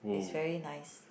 is very nice